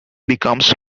becomes